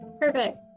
Perfect